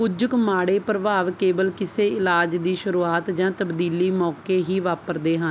ਕੁਝ ਕੁ ਮਾੜੇ ਪ੍ਰਭਾਵ ਕੇਵਲ ਕਿਸੇ ਇਲਾਜ ਦੀ ਸ਼ੁਰੂਆਤ ਜਾਂ ਤਬਦੀਲੀ ਮੌਕੇ ਹੀ ਵਾਪਰਦੇ ਹਨ